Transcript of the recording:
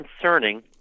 concerning